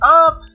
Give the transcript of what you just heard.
up